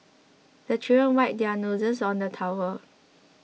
the children wipe their noses on the towel